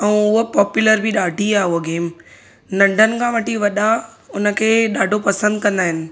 ऐं उहा पॉपुलर बि ॾाढी आहे उहा गेम नंढनि खां वठी वॾा उनखे ॾाढो पसंदि कंदा आहिनि